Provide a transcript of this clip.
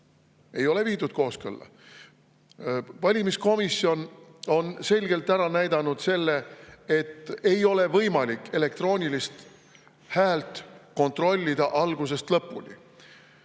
Ei ole viidud kooskõlla. Valimiskomisjon on selgelt ära näidanud selle, et ei ole võimalik elektroonilist häält kontrollida algusest lõpuni.